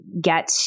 get